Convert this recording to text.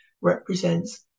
represents